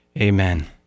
Amen